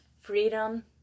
freedom